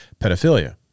pedophilia